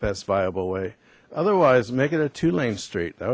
best viable way otherwise make it a two lane street that